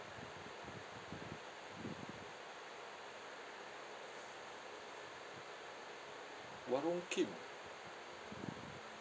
warong kim